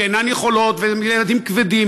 שאינן יכולות כי הם ילדים כבדים,